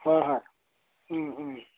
হয় হয়